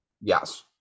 Yes